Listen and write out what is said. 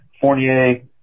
Fournier